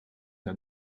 der